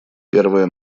первое